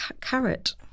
carrot